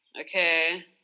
Okay